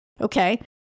Okay